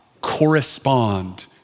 correspond